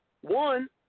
One